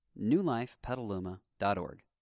newlifepetaluma.org